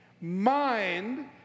mind